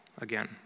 again